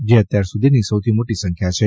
જે અત્યાર સુધીની સૌથી મોટી સંખ્યા છે